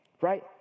right